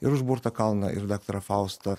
ir užburtą kalną ir daktarą faustą